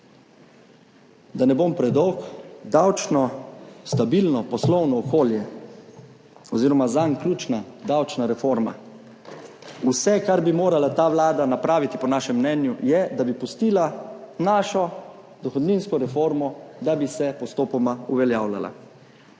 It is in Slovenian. Da ne bom predolg, davčno stabilno poslovno okolje oziroma zanj ključna davčna reforma, vse, kar bi morala ta vlada napraviti po našem mnenju, je, da bi pustila našo dohodninsko reformo, da bi se postopoma uveljavljala.